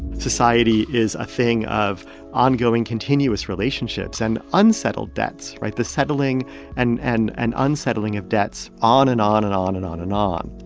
society is a thing of ongoing continuous relationships and unsettled debts right? the settling and and unsettling of debts, on and on and on and on and on